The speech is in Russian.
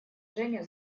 женя